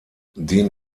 den